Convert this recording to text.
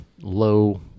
low